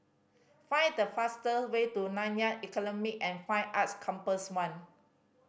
find the fastest way to Nanyang economy an Fine Arts Campus One